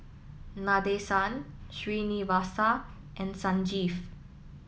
Nadesan Srinivasa and Sanjeev